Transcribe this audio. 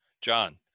John